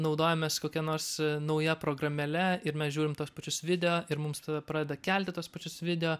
naudojamės kokia nors nauja programėle ir mes žiūrim tuos pačius video ir mums tada pradeda kelti tuos pačius video